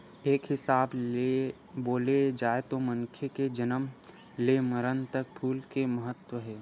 एक हिसाब ले बोले जाए तो मनखे के जनम ले मरन तक फूल के महत्ता हे